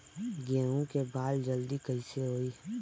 गेहूँ के बाल जल्दी कईसे होई?